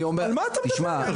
על מה אתה מדבר?